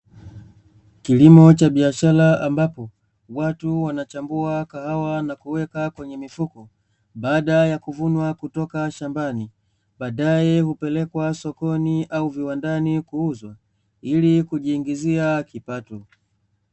Kilimo cha biashara ambapo watu wanachambua kahawa na kuweka kwenye mifuko baada ya kuvunwa kutoka shambani, baadae hupelekwa sokoni au viwandani kuuzwa ili kujiingizia kipato.